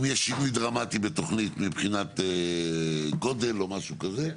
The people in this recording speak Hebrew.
אם יש שינוי דרמטי בתוכנית מבחינת גודל או משהו כזה,